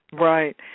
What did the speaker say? Right